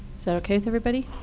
so ok with everybody?